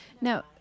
Now